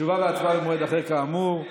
תשובה והצבעה במועד אחר, כאמור.